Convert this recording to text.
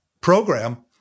program